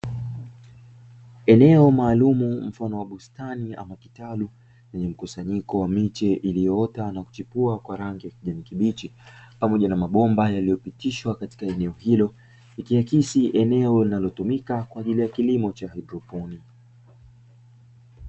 Eneo maalumu mfano wa bustani ama kitalu lenye mkusanyiko wa miche iliyoota na kuchipua kwa rangi ya kijani kibichi, pamoja na mabomba yaliyopitishwa katika eneo hilo, ikiakisi kuwa ni eneo linalotumika kwa ajili ya kilimo cha haidroponi.